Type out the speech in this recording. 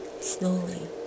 slowly